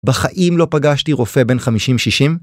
בחיים לא פגשתי רופא בן 50-60?